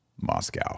Moscow